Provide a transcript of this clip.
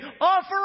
offer